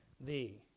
thee